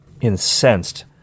incensed